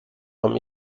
vom